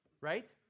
right